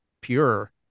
pure